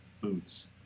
boots